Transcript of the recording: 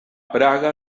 praga